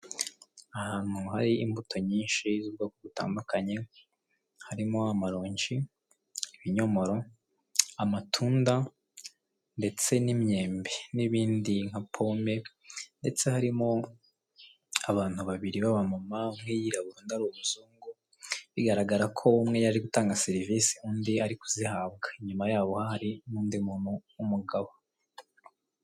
Ahantu hari imbuto nyinshi z'ubwoko butandukanye, harimo amaronji, ibinyomoro, amatunda ndetse n'imyembe n'ibindi nka pome, ndetse harimo abantu babiri b'abamama umwe yirabura undi ari umuzungu, bigaragara ko umwe ari gutanga serivisi, undi ari kuzihabwa inyuma yaho hari n'undi muntu w'umugabo.